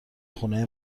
خونه